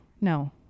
No